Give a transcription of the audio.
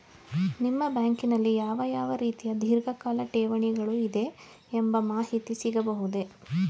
ನಿಮ್ಮ ಬ್ಯಾಂಕಿನಲ್ಲಿ ಯಾವ ಯಾವ ರೀತಿಯ ಧೀರ್ಘಕಾಲ ಠೇವಣಿಗಳು ಇದೆ ಎಂಬ ಮಾಹಿತಿ ಸಿಗಬಹುದೇ?